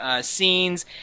Scenes